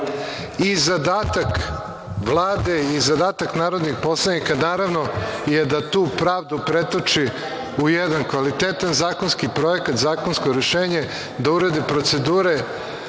pravda. Zadatak Vlade i zadatak narodnih poslanika, naravno, je da tu pravdu pretoči u jedan kvalitetan zakonski projekat, zakonsko rešenje, da urede procedure,